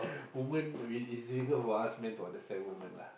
women a bit it's difficult for us men to understand women lah !huh!